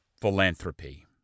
philanthropy